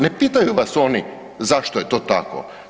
Ne pitaju vas oni zašto je to tako.